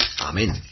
Amen